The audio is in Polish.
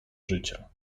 życia